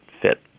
fit